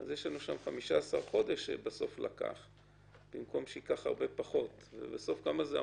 יש לנו שם 15 חודש שזה לקח במקום שייקח הרבה פחות ובסוף כמה זה?